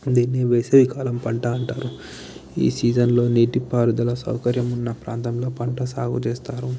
దీన్నే వేసవికాలం పంట అంటారు ఈ సీజన్లో నీటిపారుదల సౌకర్యం ఉన్న ప్రాంతంలో పంట సాగు చేస్తారు